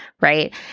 right